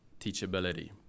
teachability